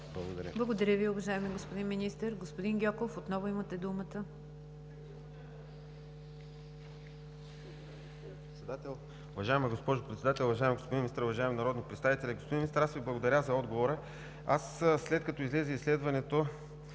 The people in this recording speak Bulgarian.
Благодаря Ви, уважаеми господин Министър. Господин Гьоков, отново имате думата.